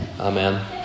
Amen